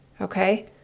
Okay